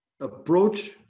approach